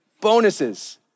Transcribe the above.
Bonuses